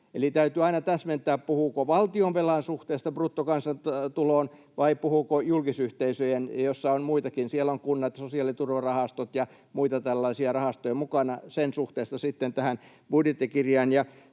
täytyy aina täsmentää, puhuuko valtionvelan suhteesta bruttokansantuloon vai puhuuko näiden julkisyhteisöjen suhteesta budjettikirjaan, joissa on muitakin — siellä on kunnat, sosiaaliturvarahastot ja muita tällaisia rahastoja mukana. Tämän taulukon mukaan